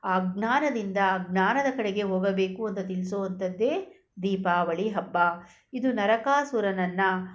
ಅಜ್ಞಾನದಿಂದ ಜ್ಞಾನದ ಕಡೆಗೆ ಹೋಗಬೇಕು ಅಂತ ತಿಳಿಸುವಂಥದ್ದೇ ದೀಪಾವಳಿ ಹಬ್ಬ ಇದು ನರಕಾಸುರನನ್ನು